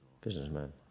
businessman